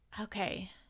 Okay